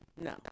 No